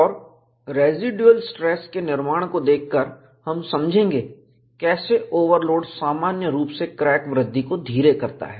और residual stress के निर्माण को देखकर हम समझेंगे कैसे ओवरलोड सामान्य रूप से क्रैक वृद्धि को धीरे करता है